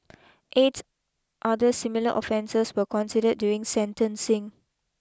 eight other similar offences were considered during sentencing